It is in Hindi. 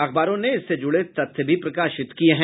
अखबारों ने इससे जुड़े तथ्य भी प्रकाशित किये हैं